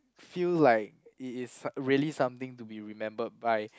feel like it is s~ really something to be remembered by